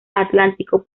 atlántico